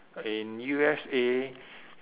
in U_S_A